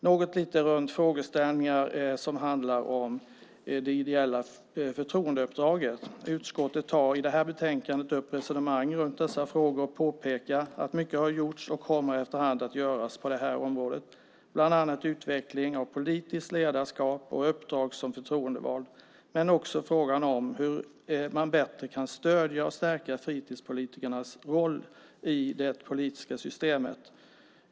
Jag ska säga något om frågeställningar som handlar om det ideella förtroendeuppdraget. Utskottet tar i det här betänkandet upp resonemang runt dessa frågor och påpekar att mycket har gjorts och kommer efterhand att göras på det här området. Det gäller bland annat utveckling av politiskt ledarskap och uppdrag som förtroendevald men också frågan om hur man bättre kan stödja och stärka fritidspolitikernas roll i det politiska systemet.